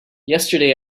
yesterday